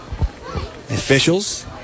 Officials